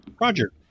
roger